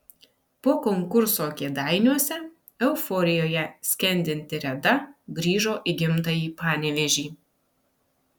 po konkurso kėdainiuose euforijoje skendinti reda grįžo į gimtąjį panevėžį